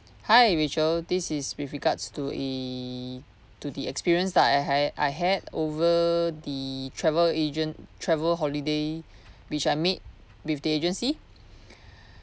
hi rachel this is with regards to the to the experience that I had I had over the travel agent travel holiday which I made with the agency